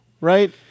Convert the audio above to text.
right